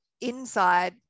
inside